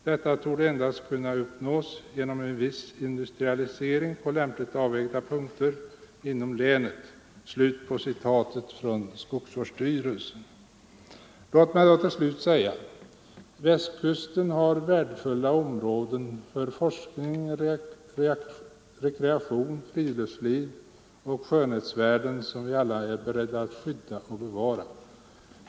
Detta torde endast kunna uppnås genom en viss industrialisering på lämpligt avvägda punkter inom länet.” Låt mig till slut säga följande: Västkusten har värdefulla områden för forskning, rekreation och friluftsliv samt skönhetsvärden, som vi alla är beredda att skydda och bevara.